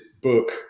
book